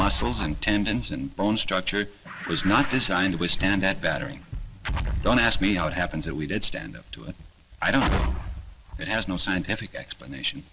muscles and tendons and bone structure was not designed to withstand that battering don't ask me how it happens that we did stand up to it i don't know it has no scientific explanation